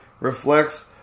reflects